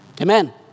Amen